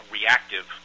reactive